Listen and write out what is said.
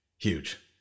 Huge